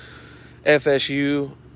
fsu